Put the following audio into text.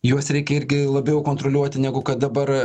juos reikia irgi labiau kontroliuoti negu kad dabar